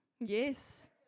Yes